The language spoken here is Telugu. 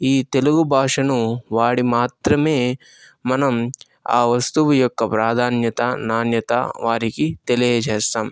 ఈ తెలుగు భాషను వాడి మాత్రమే మనం ఆ వస్తువు యొక్క ప్రాధాన్యత నాణ్యత వారికి తెలియచేస్తాం